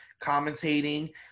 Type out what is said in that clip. commentating